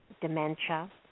dementia